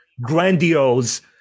grandiose